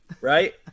right